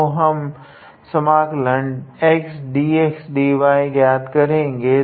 तो हम ज्ञात करेगे